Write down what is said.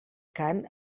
cant